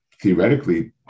Theoretically